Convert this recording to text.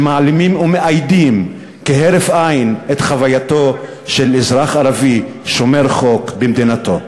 שמעלימים ומאיידים כהרף עין את חווייתו של אזרח ערבי שומר חוק במדינתו.